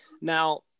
now